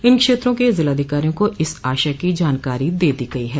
इन क्षेत्रों के जिलाधिकारियों को इस आशय की जानकारी दे दी गई है